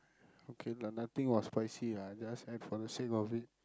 okay lah nothing was spicy ah just act for the sake of it